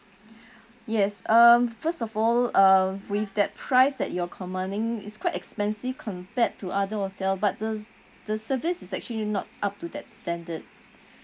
yes um first of all uh with that price that you're commanding is quite expensive compared to other hotel but the the service is actually not up to that standard